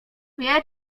wie